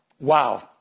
Wow